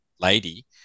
lady